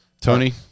Tony